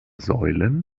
säulen